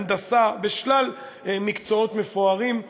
בהנדסה ובשלל מקצועות מפוארים,